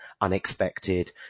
unexpected